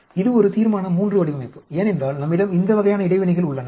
இது ஒரு தீர்மான III வடிவமைப்பு ஏனென்றால் நம்மிடம் இந்த வகையான இடைவினைகள் உள்ளன